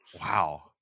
Wow